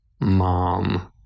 mom